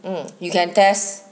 mm you can test